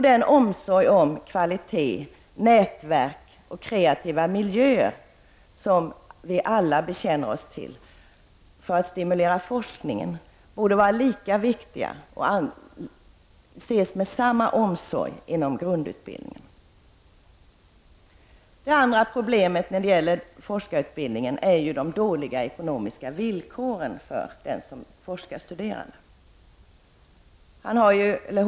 Den omsorg om kvalitet, nätverk och kreativa miljöer som vi alla anser är viktiga för att stimulera forskningen borde vara lika viktiga inom grundutbildningarna. För det andra utgör de dåliga ekonomiska villkoren för forskarstuderande ett problem.